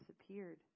disappeared